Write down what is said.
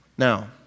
Now